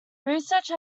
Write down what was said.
research